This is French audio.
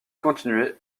continuez